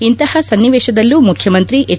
ಇಂತಹ ಸನ್ನಿವೇಶದಲ್ಲೂ ಮುಖ್ಯಮಂತ್ರಿ ಎಚ್